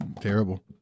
terrible